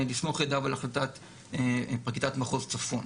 לסמוך ידיו על פרקליטת מחוז צפון.